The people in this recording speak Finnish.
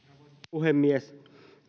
puhemies